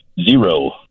Zero